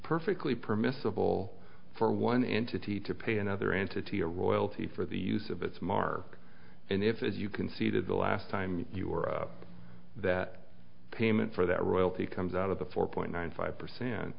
perfectly permissible for one entity to pay another entity a royalty for the use of its mark and if as you conceded the last time you were up that payment for that royalty comes out of the four point five percent